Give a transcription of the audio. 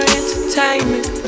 entertainment